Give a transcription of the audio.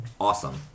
awesome